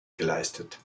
geleistet